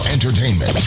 Entertainment